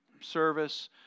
service